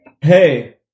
Hey